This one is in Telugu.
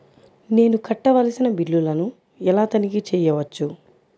నేను కట్టవలసిన బిల్లులను ఎలా తనిఖీ చెయ్యవచ్చు?